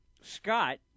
Scott